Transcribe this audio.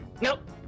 Nope